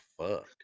fuck